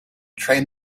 train